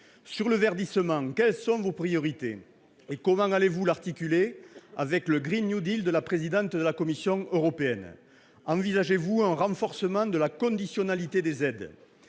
Sur le verdissement, quelles seront vos priorités ? Et comment allez-vous les articuler avec le de la présidente de la Commission européenne ? Envisagez-vous un renforcement de la conditionnalité des aides ?